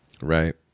Right